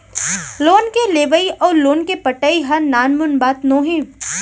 loan के लेवइ अउ लोन के पटाई ह नानमुन बात नोहे